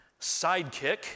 sidekick